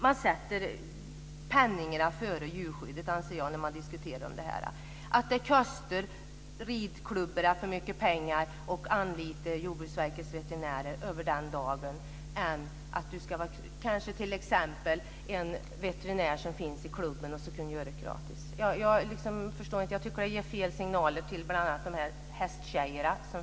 Man sätter pengarna före djurskyddet, anser jag, när man diskuterar om att det kostar ridklubbarna för mycket pengar att anlita Jordbruksverkets veterinärer över en dag och att kanske t.ex. en veterinär som finns i klubben kunde göra det gratis. Jag förstår det inte. Jag tycker att det ger fel signaler till bl.a. hästtjejerna.